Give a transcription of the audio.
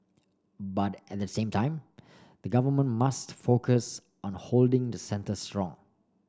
but at the same time the government must focus on holding the centre strong